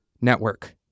network